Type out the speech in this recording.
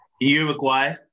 Uruguay